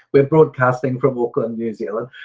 we're broadcasting from auckland, new zealand